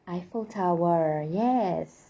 eiffel tower yes